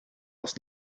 aus